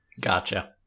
Gotcha